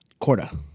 Corda